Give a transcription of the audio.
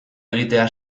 egitea